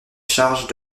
charges